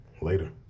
Later